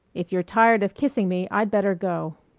if you're tired of kissing me i'd better go.